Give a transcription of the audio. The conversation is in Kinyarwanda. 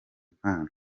mpano